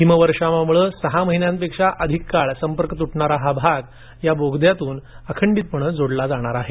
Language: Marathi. हिमवर्षावामुळे सहा महिन्यांपेक्षा अधिक काळ संपर्क तुटणारा हा भाग या बोगद्यातून अखंडित जोडला जाणार आहे